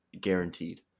guaranteed